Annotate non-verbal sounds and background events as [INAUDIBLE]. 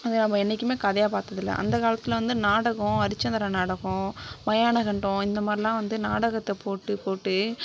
[UNINTELLIGIBLE] என்னைக்கும் கதையாக பார்த்தது இல்லை அந்தக் காலத்தில் வந்து நாடகம் அரிச்சந்திர நாடகம் மயான கண்டம் இந்த மாதிரிலாம் வந்து நாடகத்தைப் போட்டு போட்டு